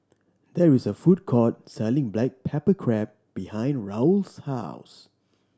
there is a food court selling black pepper crab behind Raul's house